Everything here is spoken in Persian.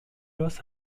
رآس